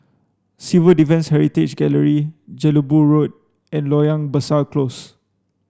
Civil Defence Heritage Gallery Jelebu Road and Loyang Besar Close